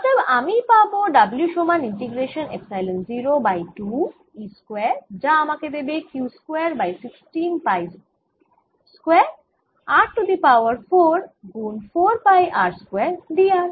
অতএব আমি পাবো W সমান integration epsilon 0 by 2 E square যা আমাকে দেবে Q square by 16 pi square r to the power 4 গুন 4 পাই r স্কয়ার dr